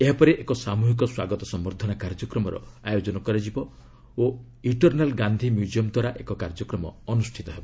ଏହାପରେ ଏକ ସାମୃହିକ ସ୍ୱାଗତ ସମ୍ଭର୍ଦ୍ଧନା କାର୍ଯ୍ୟକ୍ରମର ଆୟୋଜନ କରାଯିବ ଓ ଇଟର୍ନାଲ୍ ଗାନ୍ଧି ମ୍ୟୁଜିୟମ୍ଦ୍ୱାରା ଏକ କାର୍ଯ୍ୟକ୍ରମ ଅନୁଷ୍ଠିତ ହେବ